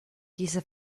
diese